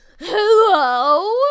hello